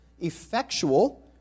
effectual